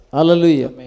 Hallelujah